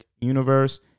universe